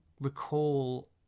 recall